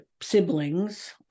siblings